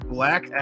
Black